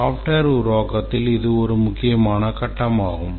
மென்பொருள் உருவாக்கத்தில் இது ஒரு முக்கியமான கட்டமாகும்